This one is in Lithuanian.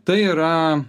tai yra